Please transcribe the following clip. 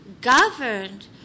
governed